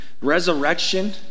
resurrection